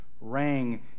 rang